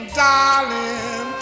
darling